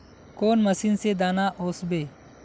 कौन मशीन से दाना ओसबे?